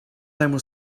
will